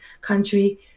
country